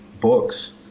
books